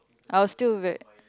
I was still very